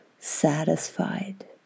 satisfied